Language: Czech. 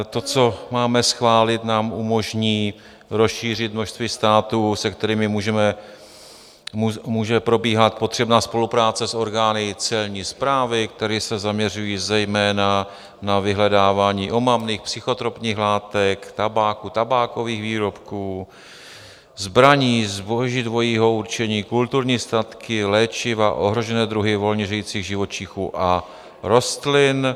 To, co máme schválit, nám umožní rozšířit množství států, se kterými může probíhat potřebná spolupráce s orgány celní správy, které se zaměřují zejména na vyhledávání omamných, psychotropních látek, tabáku, tabákových výrobků, zbraní, zboží dvojího určení, kulturních statků, léčiv, ohrožených druhů volně žijících živočichů a rostlin.